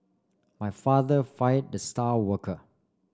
my father fired the star worker